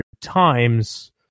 times